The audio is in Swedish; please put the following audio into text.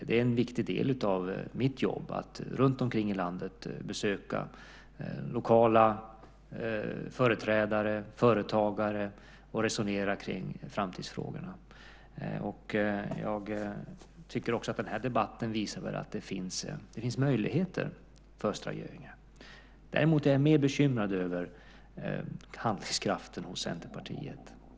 Det är en viktig del av mitt jobb att runtomkring i landet besöka lokala företrädare och företagare och resonera kring framtidsfrågorna. Jag tycker också att den här debatten visar att det finns möjligheter för Östra Göinge. Däremot är jag mer bekymrad över handlingskraften hos Centerpartiet.